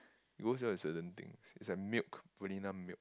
they always sell with certain things it's like milk vanilla milk